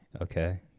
Okay